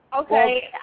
Okay